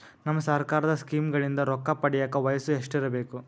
ನಮ್ಮ ಸರ್ಕಾರದ ಸ್ಕೀಮ್ಗಳಿಂದ ರೊಕ್ಕ ಪಡಿಯಕ ವಯಸ್ಸು ಎಷ್ಟಿರಬೇಕು?